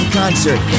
concert